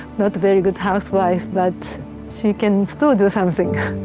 not a very good housewife, but she can still do something. i